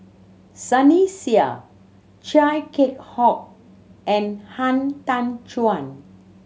Sunny Sia Chia Keng Hock and Han Tan Juan